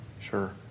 Sure